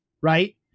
right